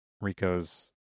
Rico's